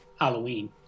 Halloween